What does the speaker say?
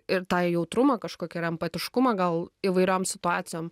ir tai jautrumą kažkokį ir empatiškumą gal įvairiom situacijom